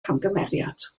camgymeriad